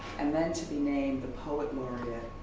and then to be named the poet laureate,